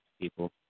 people